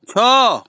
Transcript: ଛଅ